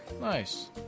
Nice